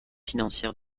financière